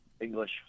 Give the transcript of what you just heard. English